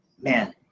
man